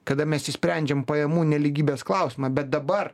kada mes išsprendžiam pajamų nelygybės klausimą bet dabar